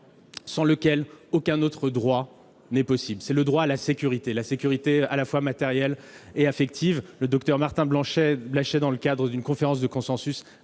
sans lequel aucun autre droit n'est possible, c'est le droit à la sécurité, à la fois matérielle et affective. Le docteur Marie-Paule Martin-Blachais, dans le cadre d'une conférence de consensus,